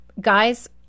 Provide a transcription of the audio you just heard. Guy's